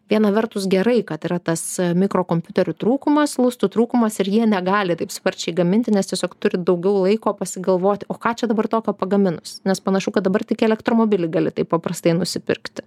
viena vertus gerai kad yra tas mikrokompiuterių trūkumas lustų trūkumas ir jie negali taip sparčiai gaminti nes tiesiog turi daugiau laiko pasigalvoti o ką čia dabar tokio pagaminus nes panašu kad dabar tik elektromobilį gali taip paprastai nusipirkti